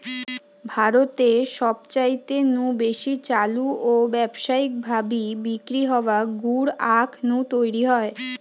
ভারতে সবচাইতে নু বেশি চালু ও ব্যাবসায়ী ভাবি বিক্রি হওয়া গুড় আখ নু তৈরি হয়